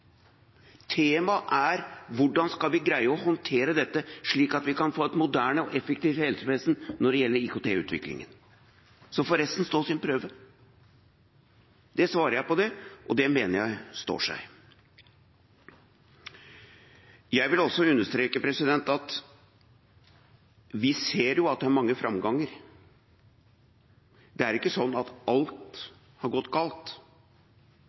temaet. Temaet er hvordan vi skal greie å håndtere dette slik at vi kan få et moderne og effektivt helsevesen når det gjelder IKT-utviklingen. Så får resten stå sin prøve. Det svarer jeg på det, og det mener jeg står seg. Jeg vil også understreke at vi ser at det er mange framganger. Det er ikke sånn at alt har gått galt.